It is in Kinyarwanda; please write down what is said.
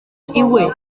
iwe